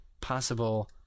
possible